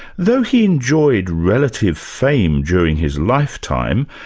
though he enjoyed relatively fame during his lifetime,